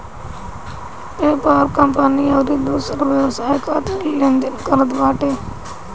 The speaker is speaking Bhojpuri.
पेपाल कंपनी अउरी दूसर व्यवसाय खातिर लेन देन करत बाटे